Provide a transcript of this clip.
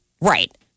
Right